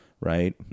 right